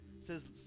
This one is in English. says